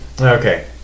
okay